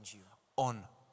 on